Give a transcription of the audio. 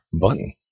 button